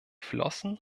flossen